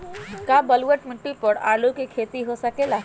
का बलूअट मिट्टी पर आलू के खेती हो सकेला?